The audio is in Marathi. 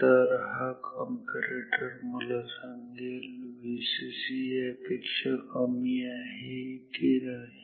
तर हा कंपॅरेटर मला सांगेल Vcc यापेक्षा कमी आहे की नाही